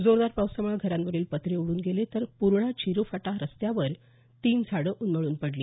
जोरदार पावसामुळं घरांवरील पत्रे उडून गेले तर पूर्णा झिरोफाटा रस्त्यावर तीन झाडे उन्मळून पडली